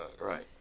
right